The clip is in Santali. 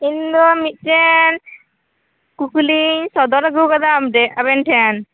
ᱤᱧᱫᱚ ᱢᱤᱫᱴᱮᱱ ᱠᱩᱠᱞᱤᱧ ᱥᱚᱫᱚᱨ ᱟ ᱜᱩᱣᱟᱠᱟᱫᱟ ᱟᱵᱤᱱᱴᱷᱮᱱ